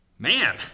Man